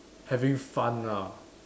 having fun ah